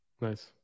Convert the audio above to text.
Nice